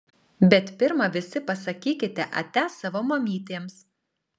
bet pirma visi pasakykite ate savo mamytėms